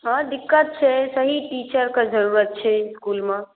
हँ दिक्कत छै सही टीचरके जरूरत छै इस्कुलमे